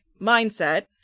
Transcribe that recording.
mindset